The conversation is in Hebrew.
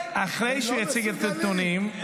שנייה, הוא מציג נתונים.